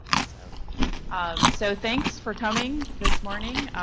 ah so um so thanks for coming this morning,